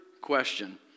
question